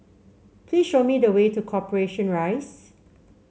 please show me the way to Corporation Rise